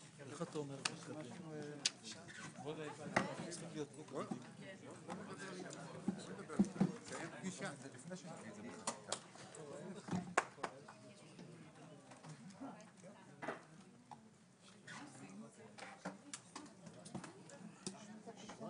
11:50.